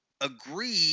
agree